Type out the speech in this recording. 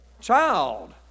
Child